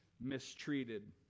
mistreated